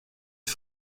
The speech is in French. des